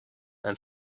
and